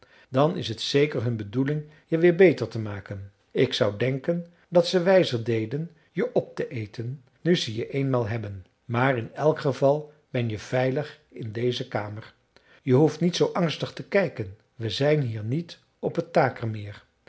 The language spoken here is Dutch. dan is t zeker hun bedoeling je weer beter te maken ik zou denken dat ze wijzer deden je op te eten nu ze je eenmaal hebben maar in elk geval ben je veilig in deze kamer je hoeft niet zoo angstig te kijken we zijn hier niet op het takermeer